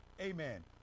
Amen